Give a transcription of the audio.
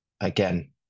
again